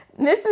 Mrs